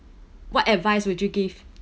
what advice would you give